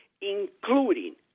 including